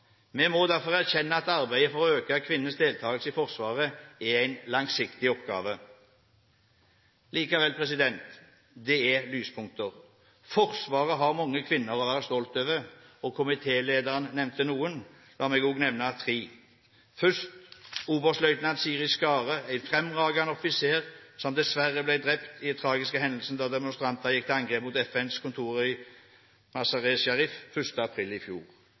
Vi må derfor erkjenne at arbeidet for å øke kvinners deltakelse i Forsvaret er en langsiktig oppgave. Likevel – det er lyspunkter. Forsvaret har mange kvinner å være stolt over. Komitélederen nevnte noen. La meg nevne tre. Først vil jeg nevne oberstløytnant Siri Skare, en fremragende offiser, som dessverre ble drept i den tragiske hendelsen da demonstranter gikk til angrep på FNs kontor i Mazar-e-Sharif 1. april i fjor.